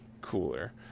cooler